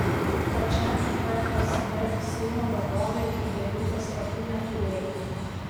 pačiam vsd seimo vadovė didelių pastabų neturėjo